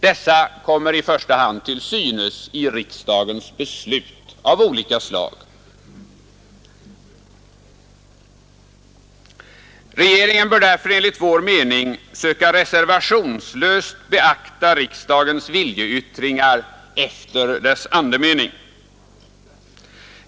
Dessa kommer i första hand till synes i riksdagens beslut av olika slag. Regeringen bör därför enligt vår mening söka reservationslöst beakta riksdagens viljeyttringar efter deras andemening.